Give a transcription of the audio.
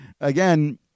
again